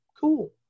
Cool